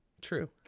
True